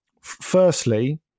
Firstly